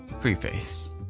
Preface